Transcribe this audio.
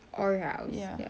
or house